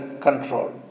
control